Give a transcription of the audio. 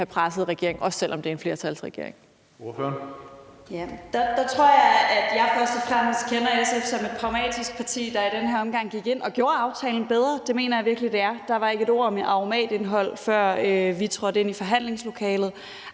Hønge): Ordføreren. Kl. 13:42 Sofie Lippert (SF): Der tror jeg, at jeg først og fremmest kender SF som et pragmatisk parti, der i den her omgang gik ind og gjorde aftalen bedre. Det mener jeg virkelig det er. Der var ikke et ord om et aromatindhold, før vi trådte ind i forhandlingslokalet,